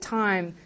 time